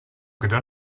kdo